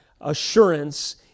assurance